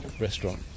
restaurant